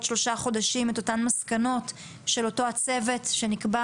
שלושה חודשים את אותן מסקנות של אותו הצוות שנקבע